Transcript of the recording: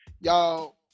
y'all